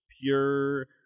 pure